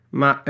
ma